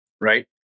right